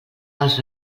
els